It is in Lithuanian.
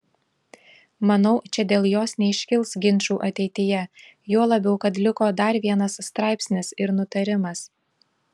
manau čia dėl jos neiškils ginčų ateityje juo labiau kad liko dar vienas straipsnis ir nutarimas